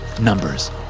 numbers